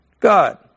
God